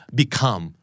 become